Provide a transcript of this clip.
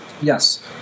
Yes